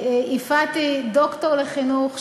יפעת היא דוקטור לחינוך,